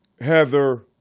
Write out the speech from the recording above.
Heather